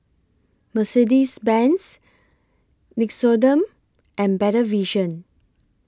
Mercedes Benz Nixoderm and Better Vision